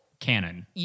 canon